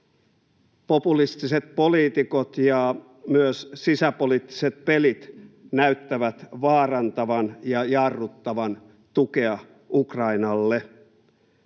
populistiset poliitikot ja myös sisäpoliittiset pelit näyttävät vaarantavan ja jarruttavan tukea Ukrainalle.